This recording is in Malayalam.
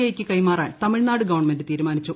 ഐ യ്ക്ക് കൈമാറാൻ തമിഴ്നാട് ഗവൺമെന്റ് തീരുമാനിച്ചു